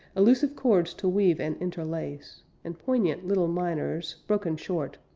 elusive chords to weave and interlace, and poignant little minors, broken short,